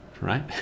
right